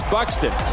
Buxton